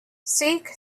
sikh